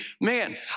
man